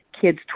kids